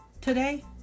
today